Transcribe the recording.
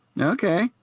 Okay